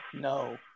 no